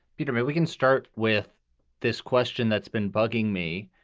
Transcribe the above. peter, maybe we can start with this question that's been bugging me,